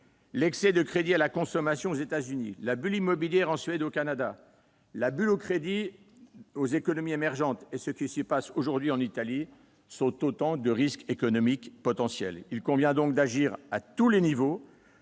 L'excès de crédit à la consommation aux États-Unis, la bulle immobilière en Suède et au Canada, la bulle des crédits aux économies émergentes et la situation actuelle en Italie sont autant de risques économiques potentiels. Il convient donc d'agir à tous les niveaux